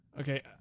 Okay